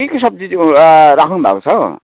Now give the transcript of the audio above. के के सब्जी ऊ राख्नु भएको छ हौ